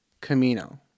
Camino